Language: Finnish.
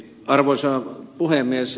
arvoisa puhemies